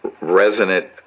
resonant